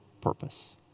purpose